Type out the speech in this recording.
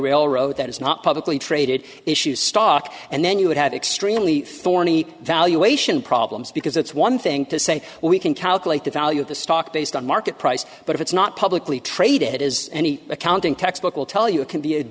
railroad that is not publicly traded issues stock and then you would have extremely forney valuation problems because it's one thing to say we can calculate the value of the stock based on market price but it's not publicly to crdit is any accounting textbook will tell you it can be a